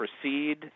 proceed